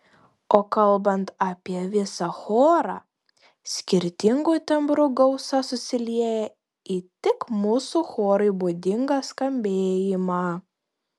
o kalbant apie visą chorą skirtingų tembrų gausa susilieja į tik mūsų chorui būdingą skambėjimą